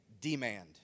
demand